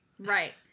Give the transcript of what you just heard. Right